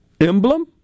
emblem